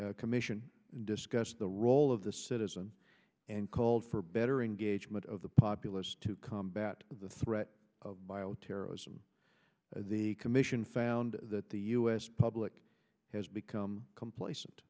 commission discussed the role of the citizen and called for better engagement of the populace to combat the threat of bioterrorism as the commission found that the u s public has become complacent